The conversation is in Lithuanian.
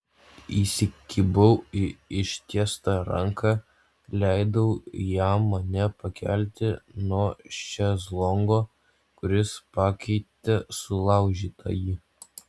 įsikibau į ištiestą ranką leidau jam mane pakelti nuo šezlongo kuris pakeitė sulaužytąjį